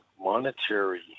monetary